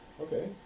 Okay